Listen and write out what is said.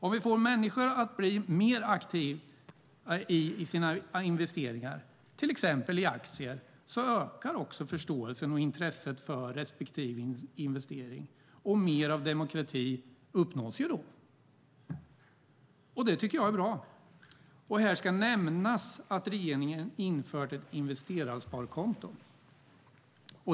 Om vi får människor att bli mer aktiva i sina investeringar, till exempel i aktier, ökar också förståelsen och intresset för respektive investering, och mer av demokrati uppnås. Det tycker jag är bra. Här ska nämnas att regeringen infört ett investerarsparkonto.